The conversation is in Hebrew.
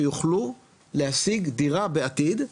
שיוכלו להשיג דירה בעתיד,